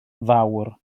fawr